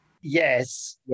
Yes